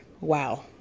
Wow